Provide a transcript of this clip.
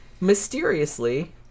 mysteriously